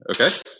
okay